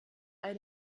all